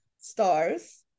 stars